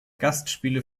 gastspiele